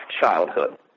childhood